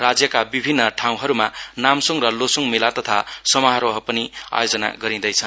राज्यका विभिन्न ठाउँहरुमा नामसुङ र लोसोङ मेला तथा समारोहहरुको पनि आयोजना गरिँदैछ